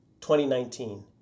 2019